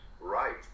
right